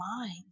mind